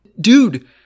dude